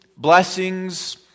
Blessings